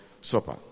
supper